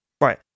Right